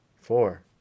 Four